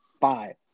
five